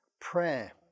prayer